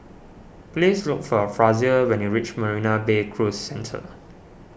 please look for Frazier when you reach Marina Bay Cruise Centre